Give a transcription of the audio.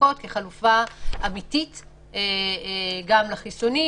בדיקות כחלופה אמיתית גם לחיסונים.